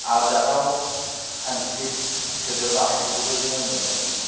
आरजाथाव साइनटिफिक सोदोब बाहायनायखौबो जोङो नुनो मोनदों